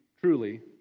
truly